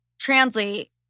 translate